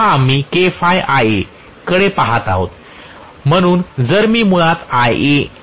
पहा आम्ही KɸIa कडे पहात आहोत म्हणून जर मी मुळात Ia